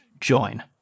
join